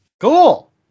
Cool